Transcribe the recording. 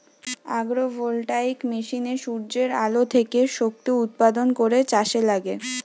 agro voltaic মেশিনে সূর্যের আলো থেকে শক্তি উৎপাদন করে চাষে লাগে